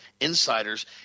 insiders